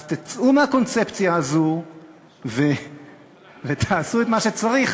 אז תצאו מהקונספציה הזאת ותעשו את מה שצריך,